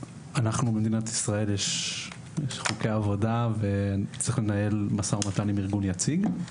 במדינת ישראל יש חוקי עבודה וצריך לנהל משא ומתן עם ארגון יציג.